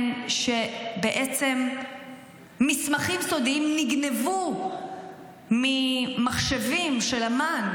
שבעצם מסמכים סודיים נגנבו ממחשבים של אמ"ן,